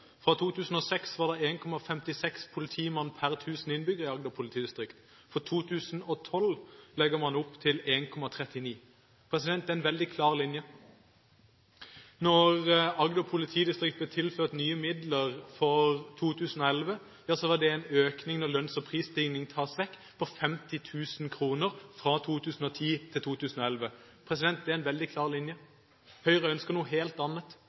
2006 var det 1,56 politimenn per 1 000 innbyggere i Agder politidistrikt. I 2012 legger man opp til 1,39. Det er en veldig klar linje. Da Agder politidistrikt ble tilført nye midler for 2011, var det en økning – når lønns- og prisstigningen tas vekk – på 50 000 kr fra 2010 til 2011. Det er en veldig klar linje! Høyre ønsker noe helt annet.